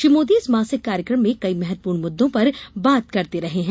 श्री मोदी इस मासिक कार्यक्रम में कई महत्वपूर्ण मुद्दों पर बात करते रहे हैं